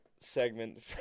segment